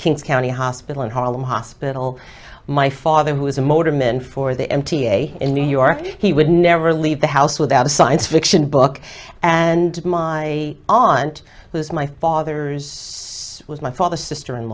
kings county hospital in harlem hospital my father who is a motor men for the m t a in new york he would never leave the house without a science fiction book and my aunt who is my father's was my father's sister in